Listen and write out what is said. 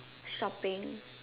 shopping